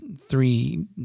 three